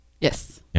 Yes